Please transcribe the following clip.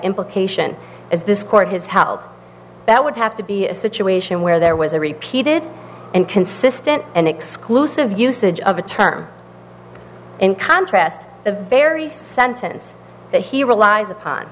implication as this court has held that would have to be a situation where there was a repeated and consistent and exclusive usage of a term in contrast a very sentence that he relies upon